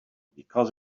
because